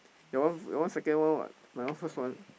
your one your one second one [what] my one first one